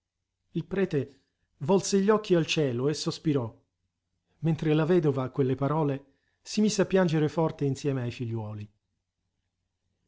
il prete volse gli occhi al cielo e sospirò mentre la vedova a quelle parole si mise a piangere forte insieme ai figliuoli